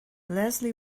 leslie